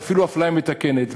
ואפילו אפליה מתקנת.